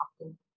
often